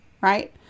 right